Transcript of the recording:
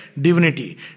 divinity